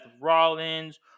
Rollins